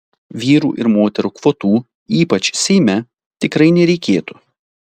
vyrų ir moterų kvotų ypač seime tikrai nereikėtų